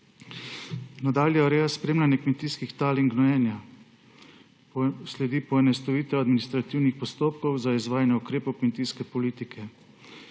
Nadalje. Ureja spremljanje kmetijskih tal in gnojenja. Sledi poenostavitev administrativnih postopkov za izvajanje ukrepov kmetijske politike,